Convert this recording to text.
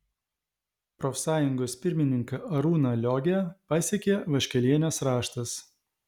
profsąjungos pirmininką arūną liogę pasiekė vaškelienės raštas